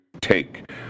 take